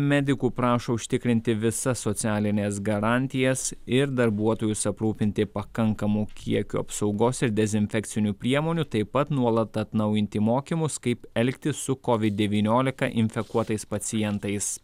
medikų prašo užtikrinti visas socialines garantijas ir darbuotojus aprūpinti pakankamu kiekiu apsaugos ir dezinfekcinių priemonių taip pat nuolat atnaujinti mokymus kaip elgtis su covid devyniolika infekuotais pacientais